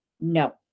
No